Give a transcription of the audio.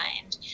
mind